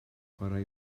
chwarae